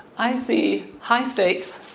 i see high stakes,